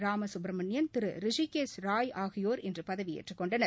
ராம சுப்பிரமணியன் திரு ரிஷிகேஷ் ராய் ஆகியோர் இன்று பதவியேற்றுக் கொண்டனர்